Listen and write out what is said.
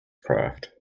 craft